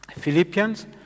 Philippians